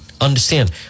understand